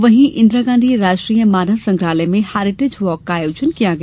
वहीं इंदिरा गांधी राष्ट्रीय मानव संग्रहालय में हेरिटेज वॉक आयोजन किया गया